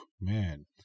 man